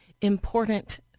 important